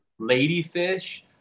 Ladyfish